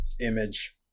image